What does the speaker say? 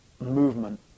movement